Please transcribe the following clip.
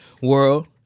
World